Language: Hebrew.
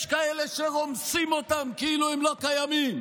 כאלה שרומסים אותם כאילו הם לא קיימים.